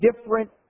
different